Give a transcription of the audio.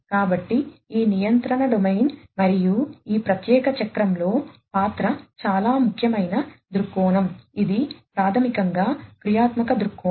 కాబట్టి ఈ నియంత్రణ డొమైన్ మరియు ఈ ప్రత్యేక చక్రంలో పాత్ర చాలా ముఖ్యమైన దృక్కోణం ఇది ప్రాథమికంగా క్రియాత్మక దృక్కోణం